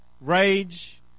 rage